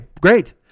great